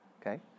okay